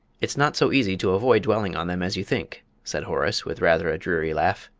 it's not so easy to avoid dwelling on them as you think! said horace, with rather a dreary laugh.